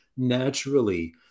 Naturally